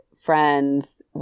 friends